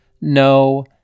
No